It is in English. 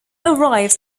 arrives